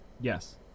Yes